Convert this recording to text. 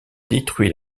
détruit